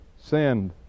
sinned